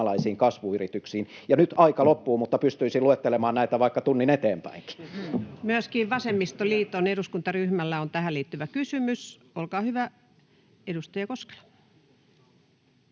suomalaisiin kasvuyrityksiin. — Nyt aika loppuu, mutta pystyisin luettelemaan näitä vaikka tunnin eteenpäinkin. Myöskin vasemmistoliiton eduskuntaryhmällä on tähän liittyvä kysymys. — Olkaa hyvä, edustaja Koskela.